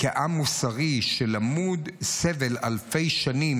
כעם מוסרי, למוד סבל אלפי שנים